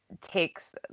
takes